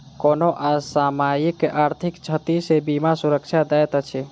कोनो असामयिक आर्थिक क्षति सॅ बीमा सुरक्षा दैत अछि